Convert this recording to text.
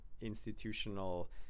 institutional